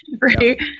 Right